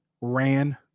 ran